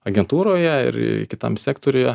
agentūroje ir kitam sektoriuje